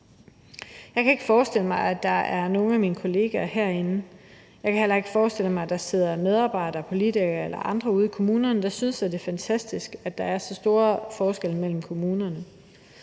Jeg kan ikke forestille mig, at der er nogle af min kollegaer herinde, eller at der sidder medarbejdere, politikere eller andre ude i kommunerne, der synes, at det er fantastisk, at der er så store forskelle mellem kommunerne.